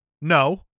no